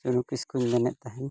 ᱥᱩᱱᱩ ᱠᱤᱥᱠᱩᱧ ᱢᱮᱱᱮᱫ ᱛᱟᱦᱮᱱ